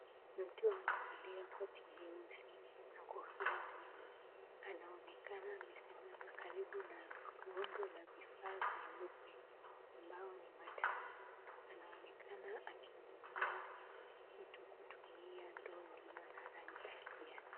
Mtu amevalia koti jeusi na kofia ngumu. Anaonekana amesimama karibu na rondo la vifaa vyeupe ambayo ni matangi, anaonekana akimimina kitu kutumia ndoo iliyo na rangi ya kijani.